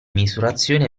misurazione